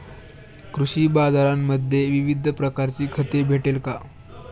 कृषी बाजारांमध्ये विविध प्रकारची खते भेटेल का?